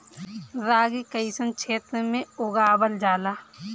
रागी कइसन क्षेत्र में उगावल जला?